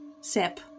sip